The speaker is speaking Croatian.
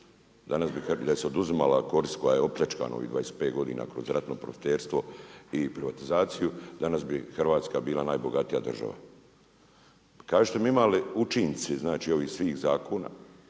danas bi Hrvatska bila najbogatija država. Kažite mi imaju li učinci znači ovih svih zakona